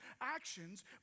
actions